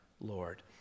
Lord